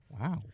Wow